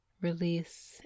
Release